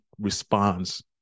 responds